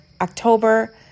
October